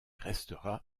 restera